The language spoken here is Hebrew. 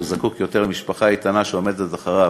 הוא זקוק יותר למשפחה איתנה שעומדת מאחוריו.